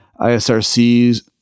ISRCs